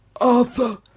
Arthur